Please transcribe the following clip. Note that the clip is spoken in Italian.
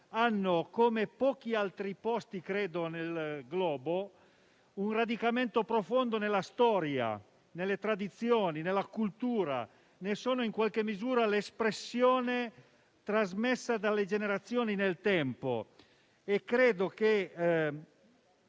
dire per pochi altri posti nel globo) un radicamento profondo nella storia, nelle tradizioni e nella cultura, di cui sono in qualche misura l'espressione trasmessa dalle generazioni nel tempo. Credo che